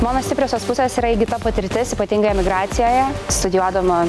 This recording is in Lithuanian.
mano stipriosios pusės yra įgyta patirtis ypatingai emigracijoje studijuodama